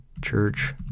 church